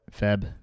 feb